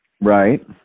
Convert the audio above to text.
Right